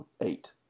eight